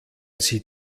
sie